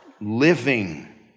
living